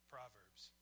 Proverbs